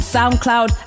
SoundCloud